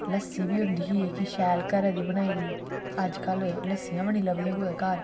लस्सी बी होंदी ही जेहकी शैल घरे दी बनाई दी अजकल लस्सी बी नेईं लभदियां कुतै घर